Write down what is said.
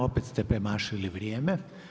Opet ste premašili vrijeme.